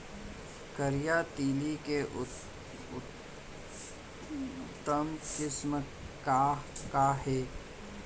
करिया तिलि के उन्नत किसिम का का हे?